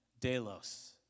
Delos